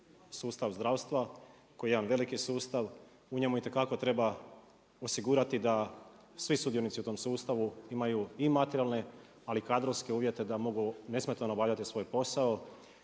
sustav zdravstva, koji je jedan veliki sustav, u njemu itekako treba osigurati da svi sudionici u tom sustavu imaju i materijalne, ali i kadrovske uvijete da mogu nesmetano obavljati svoj posao